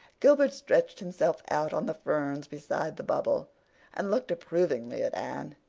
gilbert stretched himself out on the ferns beside the bubble and looked approvingly at anne.